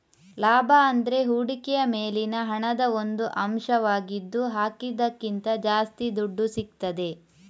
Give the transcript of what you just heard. ಲಾಭ ಅಂದ್ರೆ ಹೂಡಿಕೆಯ ಮೇಲಿನ ಹಣದ ಒಂದು ಅಂಶವಾಗಿದ್ದು ಹಾಕಿದ್ದಕ್ಕಿಂತ ಜಾಸ್ತಿ ದುಡ್ಡು ಸಿಗ್ತದೆ